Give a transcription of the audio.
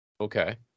Okay